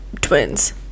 twins